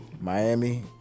Miami